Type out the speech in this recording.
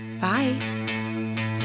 Bye